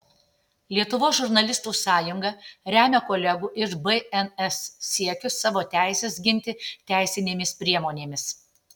lietuvos žurnalistų sąjunga remia kolegų iš bns siekius savo teises ginti teisinėmis priemonėmis